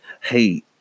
hey